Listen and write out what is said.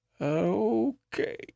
Okay